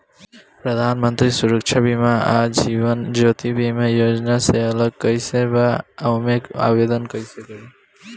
प्रधानमंत्री सुरक्षा बीमा आ जीवन ज्योति बीमा योजना से अलग कईसे बा ओमे आवदेन कईसे करी?